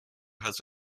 has